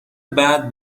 بعد